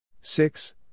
six